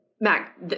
Mac